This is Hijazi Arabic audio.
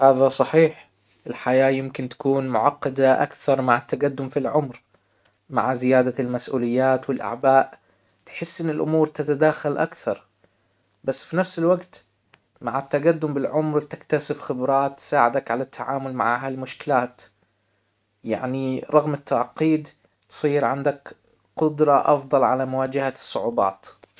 هذا صحيح الحياة يمكن تكون معقدة اكثر مع التجدم في العمر مع زيادة المسئوليات والاعباء تحس ان الامور تتداخل اكثر بس في نفس الوقت مع التجدم بالعمر تكتسب خبرات تساعدك على التعامل مع هالمشكلات يعني رغم التعقيد تصير عندك قدرة افضل على مواجهة الصعوبات